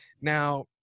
Now